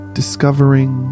discovering